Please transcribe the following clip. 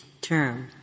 term